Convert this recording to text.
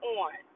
on